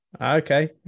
Okay